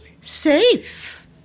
Safe